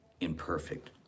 Imperfect